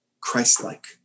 Christ-like